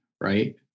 right